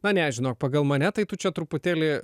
na ne žinok pagal mane tai tu čia truputėlį